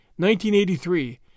1983